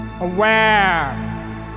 aware